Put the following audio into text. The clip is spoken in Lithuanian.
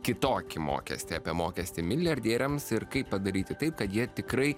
kitokį mokestį apie mokestį milijardieriams ir kaip padaryti taip kad jie tikrai